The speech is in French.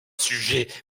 sujets